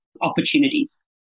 opportunities